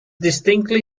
distinctly